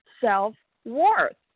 self-worth